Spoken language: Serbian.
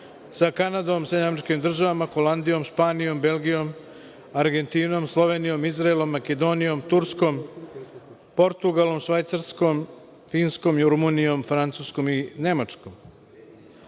sa Kanadom, SAD, Holandijom, Španijom, Belgijom, Argentinom, Slovenijom, Izraelom, Makedonijom, Turskom, Portugalom, Švajcarskom, Finskom, Rumunijom, Francuskom i Nemačkom.